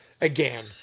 again